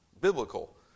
biblical